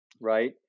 right